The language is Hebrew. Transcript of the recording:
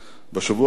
בשבוע שעבר